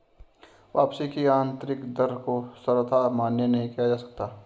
वापसी की आन्तरिक दर को सर्वथा मान्य नहीं किया जा सकता है